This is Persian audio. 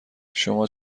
شما